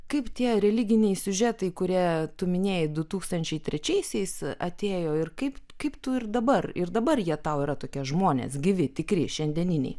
kaip tie religiniai siužetai kurie tu minėjai du tūkstančiai trečiaisiais atėjo ir kaip kaip tu ir dabar ir dabar jie tau yra tokie žmonės gyvi tikri šiandieniniai